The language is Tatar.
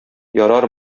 ярар